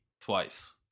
twice